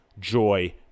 joy